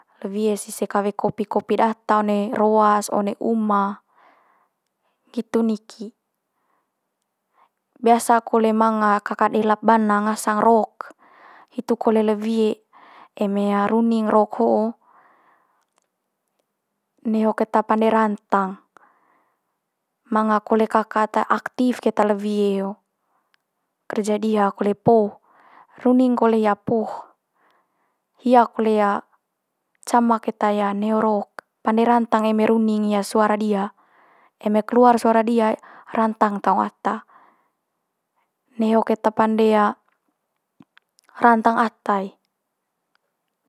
Le wie's ise kawe kopi kopi data one roas, one uma, nggitu niki. Biasa kole manga kaka delap bana ngasang rok. Hitu kole le wie, eme runing rok ho'o neho keta pande rantang. Manga keta kaka ata aktif keta le wie ho kerja dia kole poh. Runing kole hia poh, hia kole cama keta neho rok, pande rantang hia eme runing hia suara dia. Eme keluar suara dia rantang taung ata, neho keta pande rantang ata i.